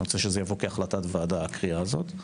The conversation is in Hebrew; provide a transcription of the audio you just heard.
רוצה שזה יגיע כהחלטת ועדה, הקריאה הזאת.